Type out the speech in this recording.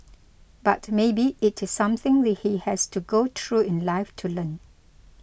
but maybe it is something we he has to go through in life to learn